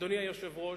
אדוני היושב-ראש,